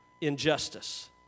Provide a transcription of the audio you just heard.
injustice